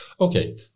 okay